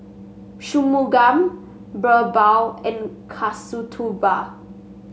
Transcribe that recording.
Shunmugam BirbaL and Kasturba